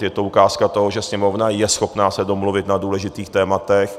Je to ukázka toho, že Sněmovna je schopna se domluvit na důležitých tématech.